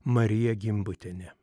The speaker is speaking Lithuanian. marija gimbutienė